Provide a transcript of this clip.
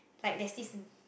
like there's this